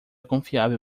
confiável